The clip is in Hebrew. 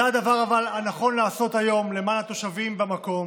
זה הדבר הנכון לעשות היום למען התושבים במקום,